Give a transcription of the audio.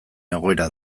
egoera